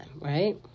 right